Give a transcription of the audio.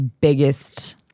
biggest